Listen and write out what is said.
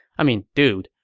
i mean, dude,